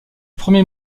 premier